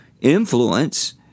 influence